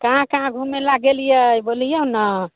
काहाँ काहाँ घुमय लए गेलियै बोलिऔ ने